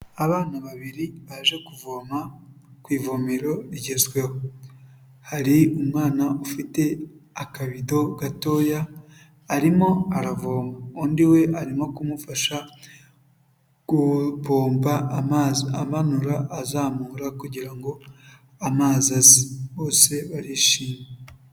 Abana babiri baje kuvoma ku ivomero rigezweho, hari umwana ufite akabido gatoya, arimo aravoma, undi we arimo kumufasha gupompa amazi amanura azamura kugira ngo amazi aze, bose barishime.